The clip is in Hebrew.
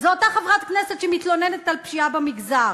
זו אותה חברת כנסת שמתלוננת על פשיעה במגזר.